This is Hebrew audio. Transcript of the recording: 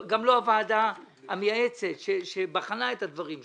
גם לא בוועדה המייעצת שבחנה את הדברים שלו.